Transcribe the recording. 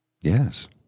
yes